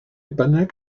bynnag